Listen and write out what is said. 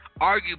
arguably